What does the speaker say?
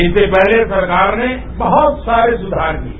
इससे पहले सरकार ने बहत सारी सुधार किए